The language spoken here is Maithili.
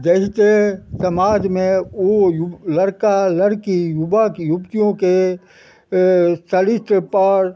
जहिसँ समाजमे ओ लड़का लड़की युवक युवतियोके चरित्रपर